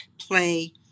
play